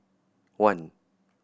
one